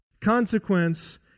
Consequence